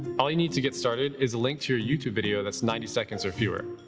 all you need to get started is a link to your youtube video that's ninety seconds or fewer,